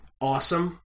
awesome